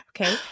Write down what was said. Okay